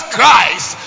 Christ